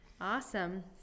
Awesome